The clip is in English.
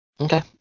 Okay